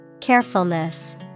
Carefulness